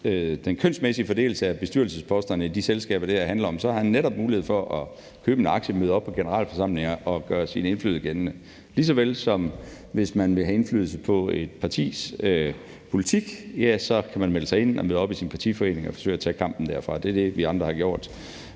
den kønsmæssige fordeling af bestyrelsesposterne i de selskaber, det her handler om, så har han netop en mulighed for at købe en aktie, møde op på generalforsamlingen og gøre sin indflydelse gældende, lige såvel som man, hvis man vil have indflydelse på et partis politik, så kan melde sig ind i partiet og møde op i sin partiforening og forsøge at tage kampen derfra. Det er det, vi andre har gjort.